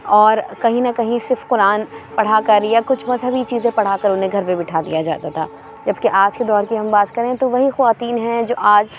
اور کہیں نہ کہیں صرف قرآن پڑھا کر یا کچھ مذہبی چیزیں پڑھا کر انہیں گھر میں بٹھا دیا جاتا تھا جب کہ آج کے دور کی ہم بات کریں تو وہی خواتین ہیں جو آج